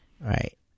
right